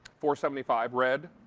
for seventy five. red,